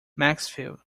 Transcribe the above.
maxfield